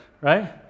right